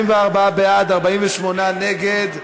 24 בעד, 48 נגד.